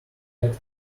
hat